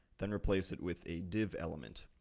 then replace it with a div element,